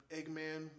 Eggman